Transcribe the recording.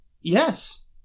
yes